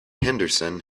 henderson